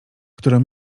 który